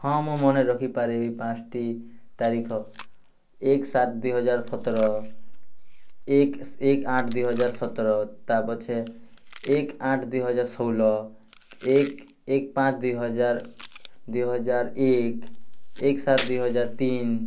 ହଁ ମୁଁ ମନେରଖିପାରିବି ପାଞ୍ଚଟି ତାରିଖ ଏକ ସାତ ଦୁଇ ହଜାର ସତର ଏକ ସ୍ ଏକ ଆଠ ଦୁଇ ହଜାର ସତର ତାପଛେ ଏକ ଆଠ ଦୁଇ ହଜାର ଷୋହଳ ଏକ ଏକ ପାଞ୍ଚ ଦୁଇ ହଜାର ଦୁଇ ହଜାରଏକ ଏକ ସାତ ଦୁଇ ହଜାର ତିନି